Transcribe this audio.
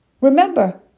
Remember